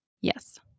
yes